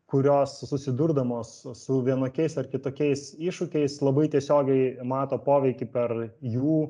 kurios susidurdamos su vienokiais ar kitokiais iššūkiais labai tiesiogiai mato poveikį per jų